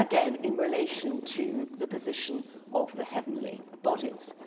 again in relation to the position of the heavenly bodies,